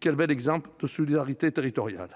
Quel bel exemple de solidarité territoriale